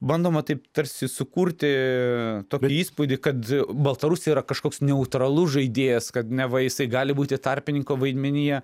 bandoma taip tarsi sukurti tokį įspūdį kad baltarusija yra kažkoks neutralus žaidėjas kad neva isai gali būti tarpininko vaidmenyje